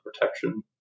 protection